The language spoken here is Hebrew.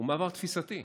הוא מעבר תפיסתי.